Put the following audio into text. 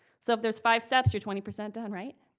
so if there's five steps, you're twenty percent done, right?